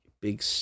Big